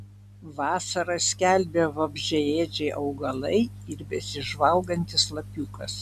vasarą skelbia vabzdžiaėdžiai augalai ir besižvalgantis lapiukas